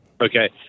Okay